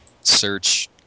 search